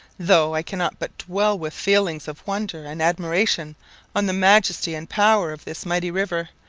though i cannot but dwell with feelings of wonder and admiration on the majesty and power of this mighty river,